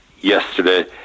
yesterday